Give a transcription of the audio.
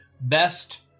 best